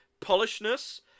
polishness